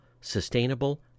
sustainable